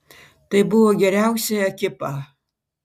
tai buvo geriausia ekipa